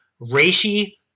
Reishi